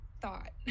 thought